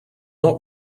not